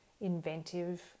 inventive